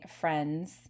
friends